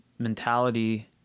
Mentality